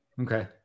Okay